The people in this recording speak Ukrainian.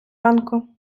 ранку